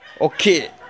Okay